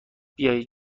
بیایید